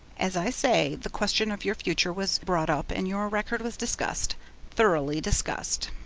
as i say, the question of your future was brought up and your record was discussed thoroughly discussed